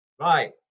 Right